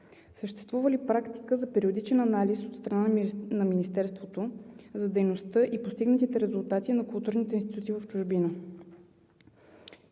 Съществува ли практика за периодичен анализ от страна на Министерството за дейността и постигнатите резултати на културните институти в чужбина?